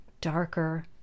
darker